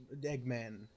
Eggman